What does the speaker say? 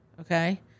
Okay